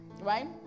right